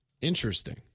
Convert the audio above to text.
Interesting